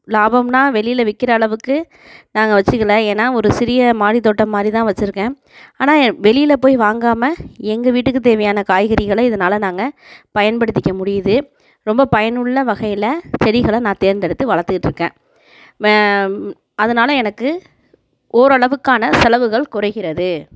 லாபம்னால் வெளியில் விற்கிற அளவுக்கு நாங்கள் வைச்சிக்கல ஏன்னால் ஒரு சிறிய மாடி தோட்டம் மாதிரி தான் வைச்சிருக்கேன் ஆனால் வெளியில் போய் வாங்காமல் எங்கள் வீட்டுக்கு தேவையான காய்கறிகளை இதனால நாங்கள் பயன்படுத்திக்க முடியுது ரொம்ப பயனுள்ள வகையில் செடிகளை நான் தேர்ந்தெடுத்து வளர்த்துகிட்ருக்கேன் மே அதனால் எனக்கு ஓரளவுக்கான செலவுகள் குறைகிறது